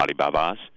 Alibaba's